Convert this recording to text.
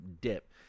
dip